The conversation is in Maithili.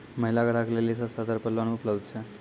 महिला ग्राहक लेली सस्ता दर पर लोन उपलब्ध छै?